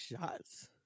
shots